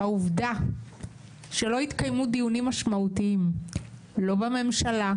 העובדה שלא התקיימו דיונים משמעותיים לא בממשלה,